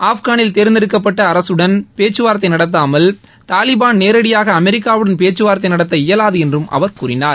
ஆப்கானில் தேர்ந்தெடுக்கப்பட்ட அரசுடன் பேச்சு வார்த்தை நடத்தாமல் தாலிபான் நேரடியாக அமெரிக்காவுடன் பேச்சுவார்த்தை நடத்த இயலாது என்றும் அவர் கூறினார்